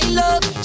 love